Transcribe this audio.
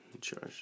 Charge